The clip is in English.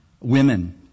women